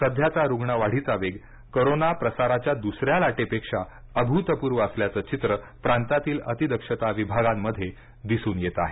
सध्याचा रुग्ण वाढीचा वेग कोरोना प्रसाराच्या दुसऱ्या लाटेपेक्षा अभूतपूर्व असल्याचं चित्र प्रांतातील अतिदक्षता विभागांमध्ये दिसून येत आहे